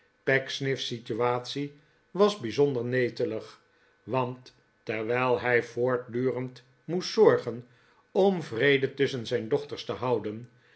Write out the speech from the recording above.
pecksniff's situatie was bijzonder netelig want terwijl hij voortdurend moest zorgen om vrede tusschen zijn dochters te houden